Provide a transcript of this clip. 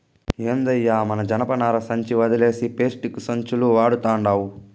ఏందయ్యో మన జనపనార సంచి ఒదిలేసి పేస్టిక్కు సంచులు వడతండావ్